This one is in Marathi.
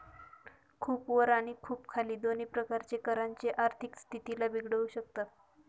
खूप वर आणि खूप खाली दोन्ही प्रकारचे करांचे दर आर्थिक स्थितीला बिघडवू शकतात